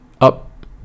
up